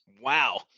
Wow